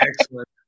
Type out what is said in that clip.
Excellent